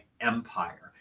empire